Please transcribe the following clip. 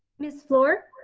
miss fluor.